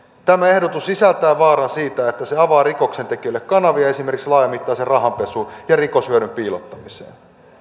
tämä ehdotus sisältää vaaran siitä että se avaa rikoksentekijöille kanavia esimerkiksi laajamittaiseen rahanpesuun ja rikoshyödyn piilottamiseen